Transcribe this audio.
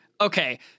Okay